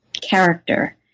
character